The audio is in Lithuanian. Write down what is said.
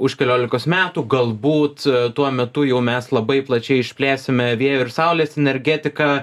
už keliolikos metų galbūt tuo metu jau mes labai plačiai išplėsime vėjo ir saulės energetiką